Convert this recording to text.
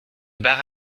bar